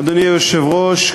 אדוני היושב-ראש,